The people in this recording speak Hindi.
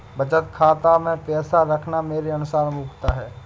बचत खाता मैं पैसा रखना मेरे अनुसार मूर्खता है